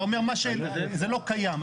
אתה אומר, זה לא קיים.